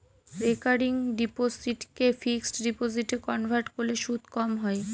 recurring ডিপোসিটকে fixed ডিপোজিটে convert করলে সুদ কম হয়